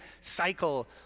cycle